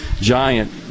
giant